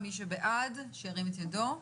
מי שבעד שירים את ידו.